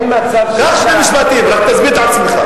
קח שני משפטים, רק תסביר את עצמך.